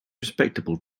respectable